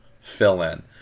fill-in